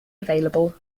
available